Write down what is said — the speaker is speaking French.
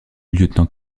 lieutenant